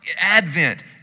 Advent